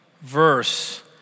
verse